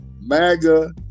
MAGA